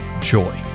joy